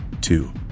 Two